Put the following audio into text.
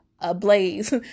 ablaze